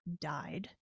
died